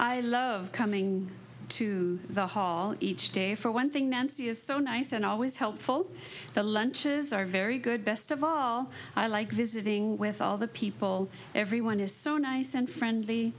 i love coming to the hall each day for one thing nancy is so nice and always helpful the lunches are very good best of all i like this is with all the people everyone is so nice and friendly